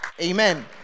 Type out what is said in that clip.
Amen